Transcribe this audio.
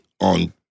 on